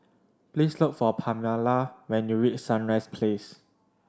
please look for Pamala when you reach Sunrise Place